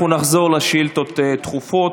אנחנו נחזור לשאילתות הדחופות.